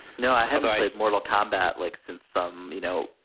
no, i haven't played mortal combat, like, since some, you know,